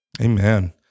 Amen